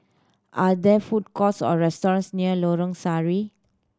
are there food courts or restaurants near Lorong Sari